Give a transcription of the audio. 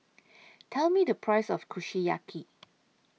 Tell Me The Price of Kushiyaki